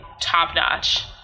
top-notch